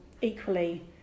Equally